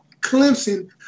Clemson